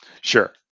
Sure